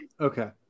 Okay